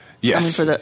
Yes